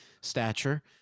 stature